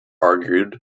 argued